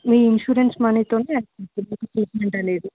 మీ insurance మనీతో జరుగుతుంది treatment అనేది